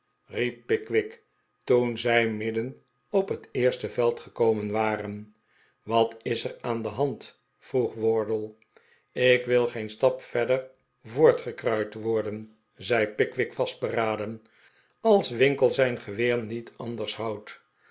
riep pickwick toen zij midden op het eerste veld gekomen waren wat is er aan de hand vroeg wardle ik wil geen stap verder voortgekruid worden zei pickwick vastberaden als winkle zijn geweer niet anders houdt